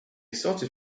started